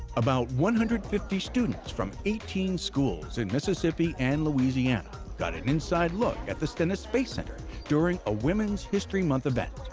about one hundred and fifty students from eighteen schools in mississippi and louisiana got an inside look at the stennis space center during a women's history month event.